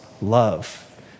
love